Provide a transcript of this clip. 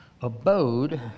abode